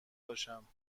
باشم